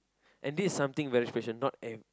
and this something very special not ev~